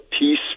peace